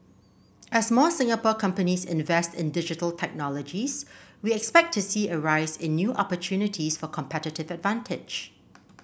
as more Singapore companies invest in Digital Technologies we expect to see a rise in new opportunities for competitive advantage